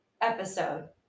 episode